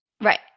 right